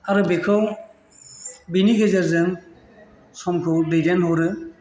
आरो बेनि गेजेरजों समखौ दैदेनहरो